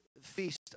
Feast